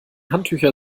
handtücher